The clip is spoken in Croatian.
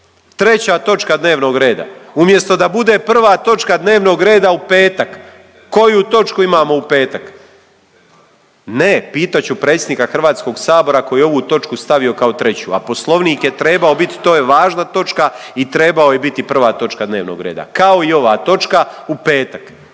treća točka dnevnog reda umjesto da bude prva točka dnevnog reda u petak. Koju točku imamo u petak? Ne, pitat ću predsjednika Hrvatskog sabora koji je ovu točku stavio kao treću, a Poslovnik je trebao biti, to je važna točka i trebao je biti prva točka dnevnog reda kao i ova točka u petak.